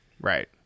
right